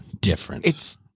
Different